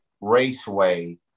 Raceway